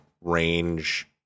range